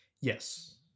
Yes